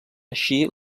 així